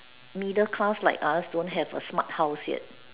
middle class like us don't have a smart house yet